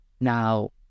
Now